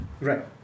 Right